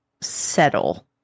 settle